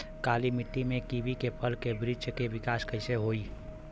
काली मिट्टी में कीवी के फल के बृछ के विकास कइसे होई?